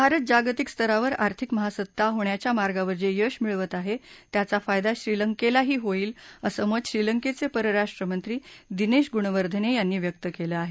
भारत जागतिक स्तरावर आर्थिक महासत्ता होण्याच्या मार्गावर जे यश मिळवत आहे त्याचा फायदा श्रीलंकेलाही होईल असं मत श्रीलंकेचे परराष्ट्रमंत्री दिनेश गुणवर्धने यांनी व्यक्त केला आहे